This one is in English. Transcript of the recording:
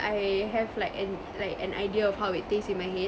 I have like an like an idea of how it tastes in my head